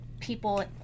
people